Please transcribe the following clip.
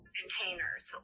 containers